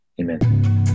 Amen